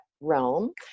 realm